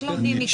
רק לומדים מכם.